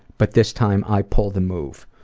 but this time i pull the move.